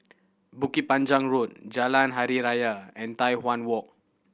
Bukit Panjang Road Jalan Hari Raya and Tai Hwan Walk